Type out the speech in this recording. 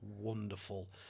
wonderful